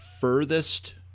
furthest